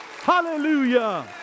Hallelujah